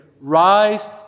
rise